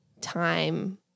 time